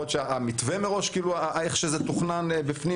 יכול להיות שהמתווה מראש לא היה טוב.